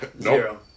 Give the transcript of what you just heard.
Zero